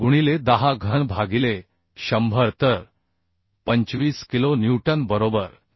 5 गुणिले 10 घन भागिले 100 तर 25 किलो न्यूटन बरोबर